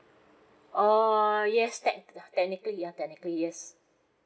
uh yes tech uh technically ya technically yes